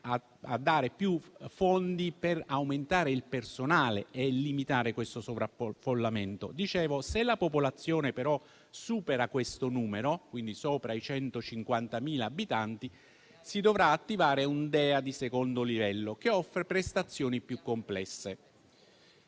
a dare più fondi per aumentare il personale e limitare questo sovraffollamento. Se la popolazione, però, supera i 150.000 abitanti, si dovrà attivare un DEA di secondo livello che offre prestazioni più complesse.